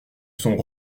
sont